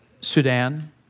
Sudan